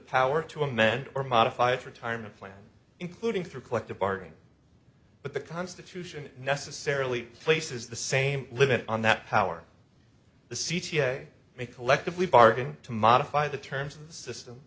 power to amend or modify its retirement plan including through collective bargaining but the constitution necessarily places the same limit on that power the c t a may collectively bargain to modify the terms of the system